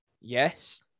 Yes